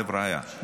חבריא,